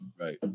right